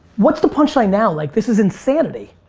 what's the punchline now? like, this is insanity.